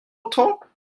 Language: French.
autant